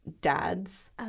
dad's